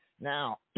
Now